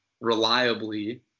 reliably